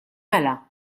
mela